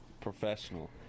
Professional